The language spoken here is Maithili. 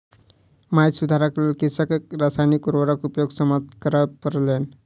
माइट सुधारक लेल कृषकक रासायनिक उर्वरक उपयोग समाप्त करअ पड़लैन